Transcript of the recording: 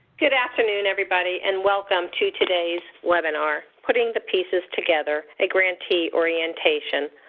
good afternoon, everybody. and welcome to today's webinar, putting the pieces together a grantee orientation,